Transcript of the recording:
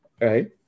right